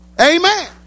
amen